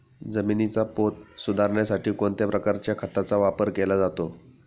जमिनीचा पोत सुधारण्यासाठी कोणत्या प्रकारच्या खताचा वापर केला जातो?